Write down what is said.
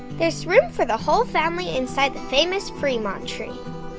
there's room for the whole family inside the famous fremont tree.